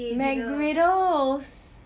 mcgriddles